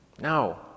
No